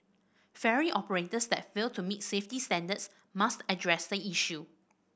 ferry operators that fail to meet safety standards must address the issue